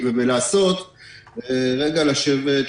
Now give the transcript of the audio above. רגע לשבת,